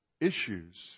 issues